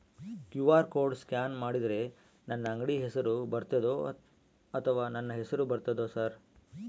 QR code scan ಮಾಡಿದರೆ ನನ್ನ ಅಂಗಡಿ ಹೆಸರು ಬರ್ತದೋ ಅಥವಾ ನನ್ನ ಹೆಸರು ಬರ್ತದ ಸರ್?